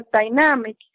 dynamic